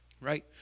right